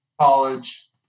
College